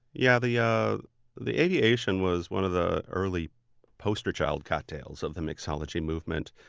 yeah the yeah the aviation was one of the early poster-child cocktails of the mixology movement.